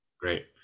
Great